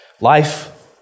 life